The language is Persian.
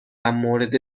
مورد